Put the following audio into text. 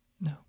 No